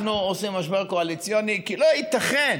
אנחנו עושה משבר קואליציוני, כי לא ייתכן.